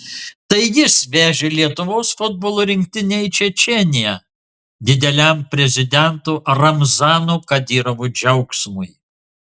tai jis vežė lietuvos futbolo rinktinę į čečėniją dideliam prezidento ramzano kadyrovo džiaugsmui